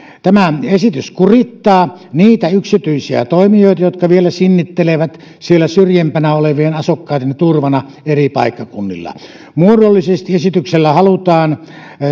tämä esitys kurittaa niitä yksityisiä toimijoita jotka vielä sinnittelevät siellä syrjempänä olevien asukkaiden turvana eri paikkakunnilla muodollisesti esityksellä halutaan